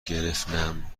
گرفنم